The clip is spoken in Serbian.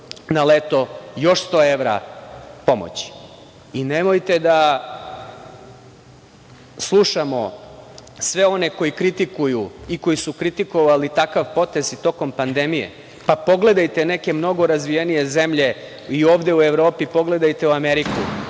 na leto još 100 evra pomoći. I nemojte da slušamo sve one koji kritikuju i koji su kritikovali takav potez i tokom pandemije. Pogledajte neke mnogo razvijenije zemlje, i ovde u Evropi a i u Americi,